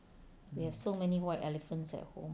we have so many white elephants at home